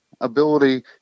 Ability